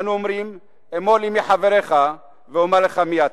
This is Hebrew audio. אנו אומרים, אמור לי מי חבריך ואומר לך מי אתה.